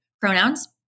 pronouns